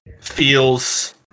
feels